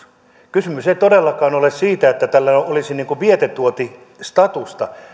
kysymys ei todellakaan ole siitä että tällä olisi vientituotestatusta